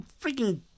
freaking